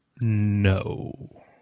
No